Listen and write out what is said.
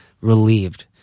relieved